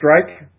strike